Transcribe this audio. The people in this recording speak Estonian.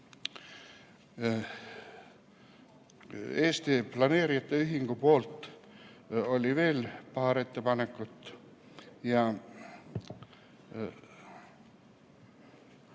Eesti Planeerijate Ühingul oli veel paar ettepanekut.